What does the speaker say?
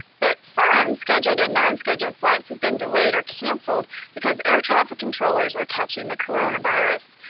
but some scheduled and non-scheduled flights have been delayed or canceled because air traffic controllers are catching the coronavirus.